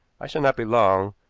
i shall not be long,